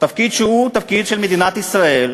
שהוא תפקיד של מדינת ישראל,